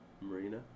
Marina